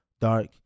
dark